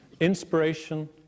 inspiration